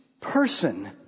person